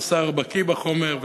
השר בקי בחומר.